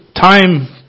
Time